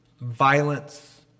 violence